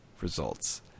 results